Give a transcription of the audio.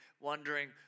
wondering